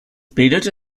bildete